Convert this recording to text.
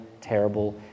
terrible